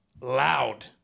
loud